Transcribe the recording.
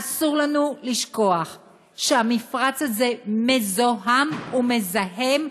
אסור לנו לשכוח שהמפרץ הזה מזוהם ומזהם,